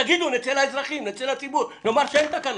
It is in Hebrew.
תגידו את זה ואז נצא לציבור ונאמר שאין תקנות.